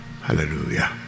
Hallelujah